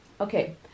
Okay